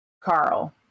Carl